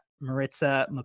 Maritza